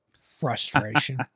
frustration